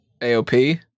AOP